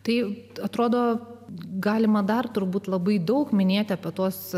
tai atrodo galima dar turbūt labai daug minėti apie tuos